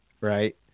Right